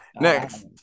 Next